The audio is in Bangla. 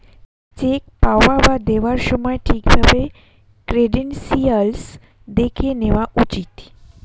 চেক পাওয়া বা দেওয়ার সময় ঠিক ভাবে ক্রেডেনশিয়াল্স দেখে নেওয়া উচিত